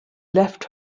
left